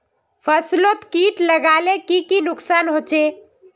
फसलोत किट लगाले की की नुकसान होचए?